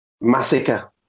Massacre